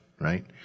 right